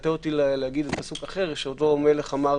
מפתה אותי להגיד פסוק אחר, שאותו מלך אמר